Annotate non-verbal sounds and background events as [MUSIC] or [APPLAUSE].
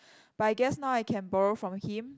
[BREATH] but I guess now I can borrow from him